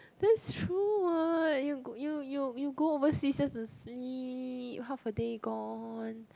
that's true what you you you go overseas just to sleep half a day gone